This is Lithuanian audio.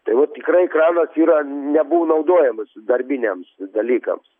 tai vat tikrai kranas yra nebuvo naudojamas darbiniams dalykams